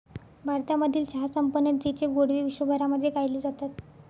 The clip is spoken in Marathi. भारतामधील चहा संपन्नतेचे गोडवे विश्वभरामध्ये गायले जातात